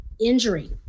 injury